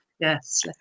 Yes